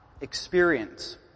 experience